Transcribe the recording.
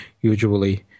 usually